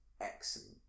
Excellent